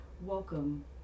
welcome